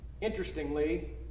Interestingly